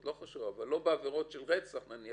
לא בעבירות של רצח תמיד